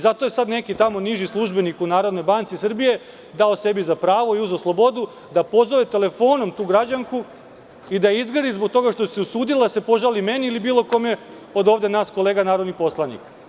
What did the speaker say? Sada je tamo neki niži službenik u Narodnoj banci Srbije dao sebi za pravo i uzeo slobodu da pozove telefonom tu građanku i da je izgrdi zbog toga što se usudila da se požali meni ili bilo kome od ovde nas kolega narodnih poslanika.